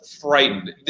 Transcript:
frightened